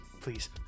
Please